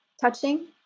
touching